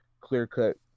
clear-cut